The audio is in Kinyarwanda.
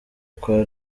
kwa